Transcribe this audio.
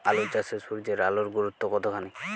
আলু চাষে সূর্যের আলোর গুরুত্ব কতখানি?